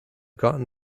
gotten